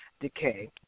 decay